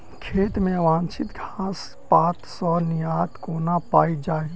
खेत मे अवांछित घास पात सऽ निजात कोना पाइल जाइ?